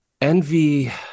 Envy